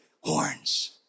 horns